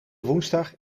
woensdag